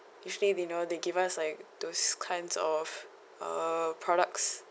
usually you know they give us like those kinds of uh products